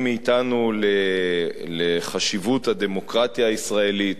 מאתנו לחשיבות הדמוקרטיה הישראלית,